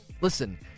Listen